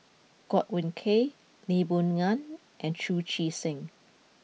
Godwin Koay Lee Boon Ngan and Chu Chee Seng